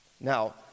Now